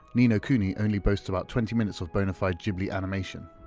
ni no kuni only boasts about twenty minutes of bonafide ghibli animation,